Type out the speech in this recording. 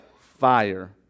fire